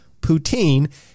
poutine